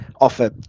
offer